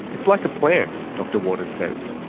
it's like a plant, dr waters says.